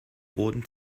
roten